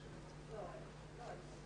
נכון לעכשיו אנחנו נותנים מענה למשרד הבריאות.